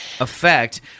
effect